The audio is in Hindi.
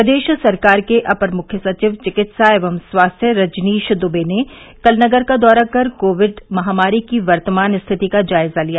प्रदेश सरकार के अपर मुख्य सचिव चिकित्सा एवं स्वास्थ्य रजनीश दुबे ने कल नगर का दौरा कर कोविड महामारी की वर्तमान स्थिति का जायजा लिया